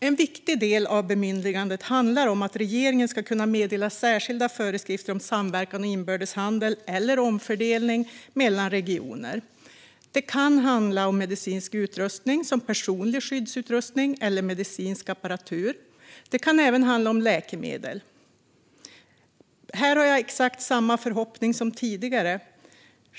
En viktig del i bemyndigandet handlar om att regeringen ska kunna meddela särskilda föreskrifter om samverkan och inbördes handel eller omfördelning mellan regioner. Det kan handla om medicinsk utrustning, till exempel personlig skyddsutrustning eller medicinsk apparatur, och om läkemedel. Här har jag exakt samma förhoppning som tidigare.